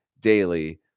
daily